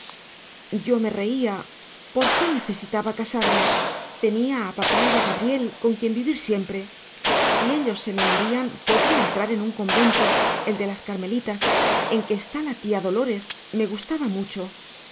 yo me reía para qué necesitaba casarme tenía a papá y a gabriel con quien vivir siempre si ellos se me morían podía entrar en un convento el de las carmelitas en que está la tía dolores me gustaba mucho